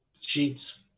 sheets